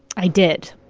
i did.